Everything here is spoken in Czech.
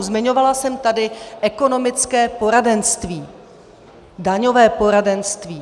Zmiňovala jsem tady ekonomické poradenství, daňové poradenství.